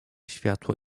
światło